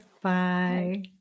Bye